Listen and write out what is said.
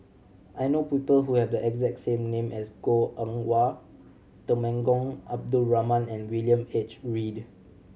I know people who have the exact same name as Goh Eng Wah Temenggong Abdul Rahman and William H Read